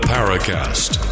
Paracast